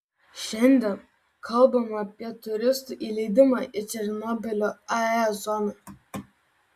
šiandien kalbama apie turistų įleidimą į černobylio ae zoną